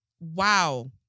Wow